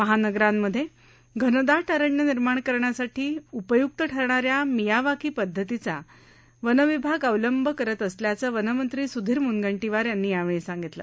महानगरांमध्ये घनदाट अरण्य निर्माण करण्यासाठी उपयूक्त ठरणाऱ्या मियावाकी पद्धतीचा वनविभाग अवलंब करीत असल्याचे वनमंत्री सुधीर मुनगंटीवार यांनी यावेळी सांगितलं